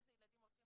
איזה ילדים הולכים